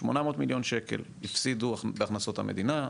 800 מיליון שקל הפסידו בהכנסות המדינה,